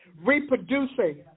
Reproducing